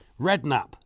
Redknapp